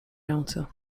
ręce